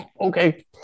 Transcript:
Okay